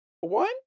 one